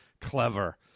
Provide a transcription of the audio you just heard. clever